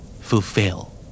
Fulfill